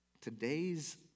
Today's